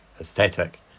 aesthetic